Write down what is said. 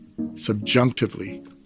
subjunctively